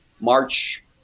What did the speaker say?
March